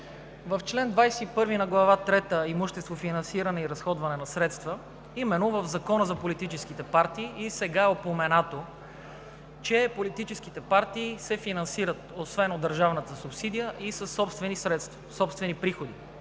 В чл. 21 на Глава трета „Имущество, финансиране и разходване на средства“ именно в Закона за политическите партии и сега е упоменато, че политическите партии се финансират освен от държавната субсидия, и със собствени приходи.